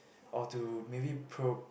or to maybe pro